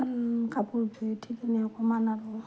কাপোৰ বুই উঠি কিনে অকণমান আৰু